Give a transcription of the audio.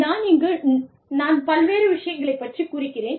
நான் இங்கு நான் பல்வேறு விஷயங்களைப் பற்றிக் குறிக்கிறேன்